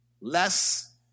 Less